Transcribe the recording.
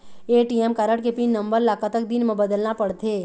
ATM card के pin number ला कतक दिन म बदलना पड़थे?